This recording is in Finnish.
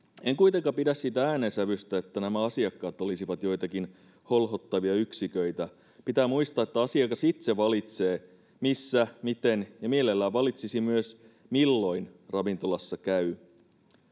en kuitenkaan pidä siitä äänensävystä että nämä asiakkaat olisivat joitakin holhottavia yksiköitä pitää muistaa että asiakas itse valitsee missä ja miten ja mielellään valitsisi myös milloin ravintolassa käy